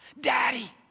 Daddy